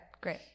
Great